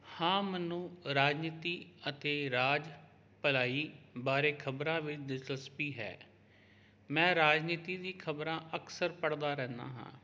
ਹਾਂ ਮੈਨੂੰ ਰਾਜਨੀਤੀ ਅਤੇ ਰਾਜ ਭਲਾਈ ਬਾਰੇ ਖਬਰਾਂ ਵਿੱਚ ਦਿਲਚਸਪੀ ਹੈ ਮੈਂ ਰਾਜਨੀਤੀ ਦੀ ਖਬਰਾਂ ਅਕਸਰ ਪੜ੍ਹਦਾ ਰਹਿੰਦਾ ਹਾਂ